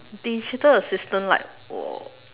digital assistant like uh